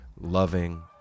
loving